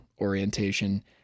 orientation